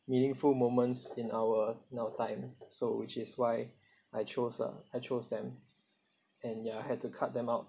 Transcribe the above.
meaningful moments in our in our time so which is why I chose uh I chose them and ya I had to cut them out